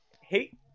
Hey